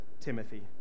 Timothy